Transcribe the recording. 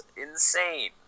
insane